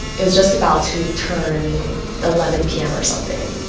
it was just about to turn eleven p m. or something.